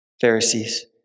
Pharisees